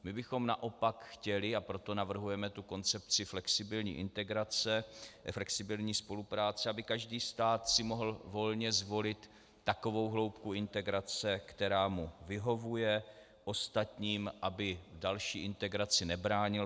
My bychom naopak chtěli, a proto navrhujeme koncepci flexibilní integrace, flexibilní spolupráce, aby každý stát si mohl volně zvolit takovou hloubku integrace, která mu vyhovuje, ostatním aby v další integraci nebránil.